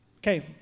Okay